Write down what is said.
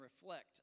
reflect